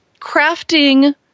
crafting